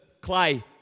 clay